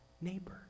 neighbor